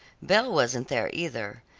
belle wasn't there either,